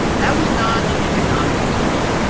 that was not an economic decision.